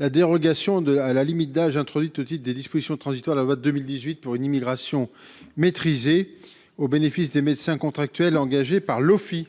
la dérogation de à la limite d'âge introduite des dispositions transitoires la 2018 pour une immigration maîtrisée, au bénéfice des médecins contractuels engagés par l'OFI.